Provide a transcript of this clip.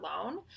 alone